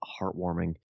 heartwarming